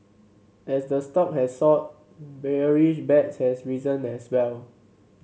as the stock has soared bearish bets has risen as well